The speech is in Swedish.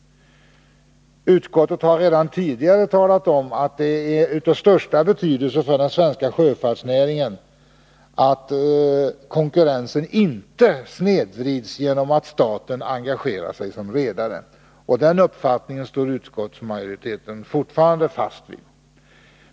Utskottet har redan tidigare talat om att det är av största betydelse för den svenska sjöfartsnäringen att konkurrensen inte snedvrids genom att staten engagerar sig som redare. Den uppfattningen står utskottsmajoriteten fortfarande fast vid.